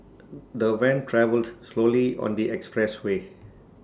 the van travelled slowly on the expressway